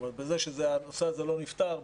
בזה שהנושא הזה לא נפתר,